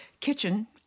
kitchen